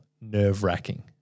nerve-wracking